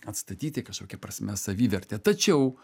atstatyti kažkokia prasme savivertę tačiau